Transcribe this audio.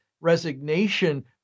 resignation